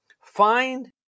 Find